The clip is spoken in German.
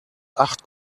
acht